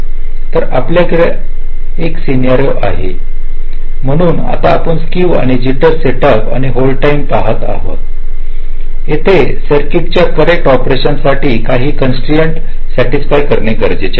तर आपल्या किे असे एक सन्यारीहो आहे म्हणून आता आपण स्क्क्यू जिटर सेटअप आणि होल्ड टाईम पाहत आहोत येथे सर्किट च्या करेक्ट ऑपरेशन साठी काही कान्स्ट्न्स सॅटस्फाय करणे गरजेचे आहे